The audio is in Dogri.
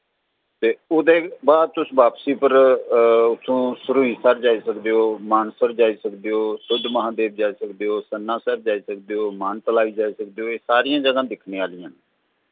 ते ओह्दे बाद तुस बापसी पर उत्थूं सरूईंसर जाई सकदे ओ मानसर जाई सकदे ओ सुद्ध महादेव जाई सकदे हो सन्नासर जाई सकदे ओ मानतलाई जाई सकदे ओ एह् सारियां ज'गां दिक्खने आह्लियां न